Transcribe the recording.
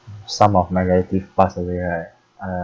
some of my relative passed away right uh